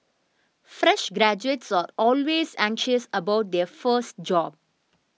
fresh graduates are always anxious about their first job